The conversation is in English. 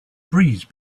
breeze